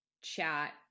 chat